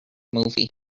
movie